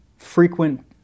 frequent